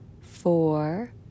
four